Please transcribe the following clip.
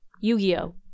Yu-Gi-Oh